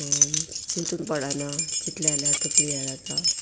चिंतून पडना चितले जाल्यार तकली येयला आतां